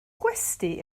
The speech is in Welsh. gwesty